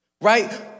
Right